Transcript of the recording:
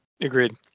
Agreed